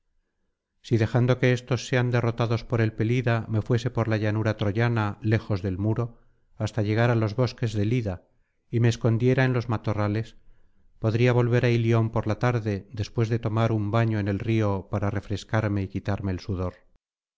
si dejando que éstos sean derrotados por el pelida me fuese por la llanura troyana lejos del muro hasta llegar á los bosques del ida y me escondiera en los matorrales podría volver á ilion por la tarde después de tomar un baño en el río para refrescarme y quitarme el sudor